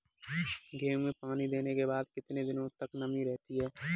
गेहूँ में पानी देने के बाद कितने दिनो तक नमी रहती है?